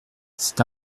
c’est